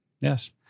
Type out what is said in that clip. yes